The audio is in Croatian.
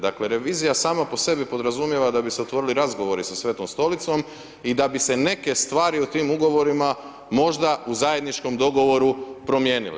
Dakle revizija sama po sebi podrazumijeva da bi se otvorili razgovori sa Svetom Stolicom i da bi se neke stvari u tim ugovorima možda u zajedničkom dogovoru promijenile.